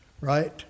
right